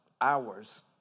hours